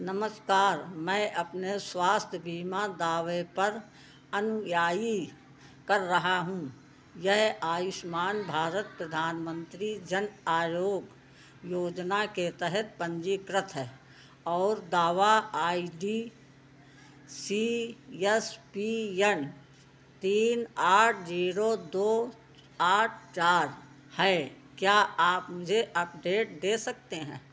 नमस्कार मैं अपने स्वास्थ्य बीमा दावे पर अनुयायी कर रहा हूँ यह आयुष्मान भारत प्रधानमंत्री जन आरोग्य योजना के तहत पंजीकृत है और दावा I D C S P N तीन आठ जीरो दो आठ चार है क्या आप मुझे अपडेट दे सकते हैं